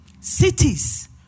cities